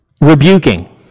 rebuking